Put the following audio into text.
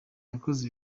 yakoze